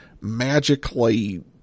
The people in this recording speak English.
magically